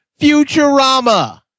Futurama